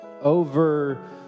over